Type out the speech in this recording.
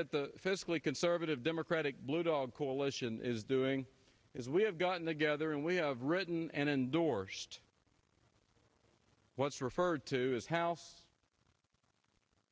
that the fiscally conservative democratic blue dog coalition is doing is we have gotten together and we have written and endorsed what's referred to as house